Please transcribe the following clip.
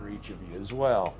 region as well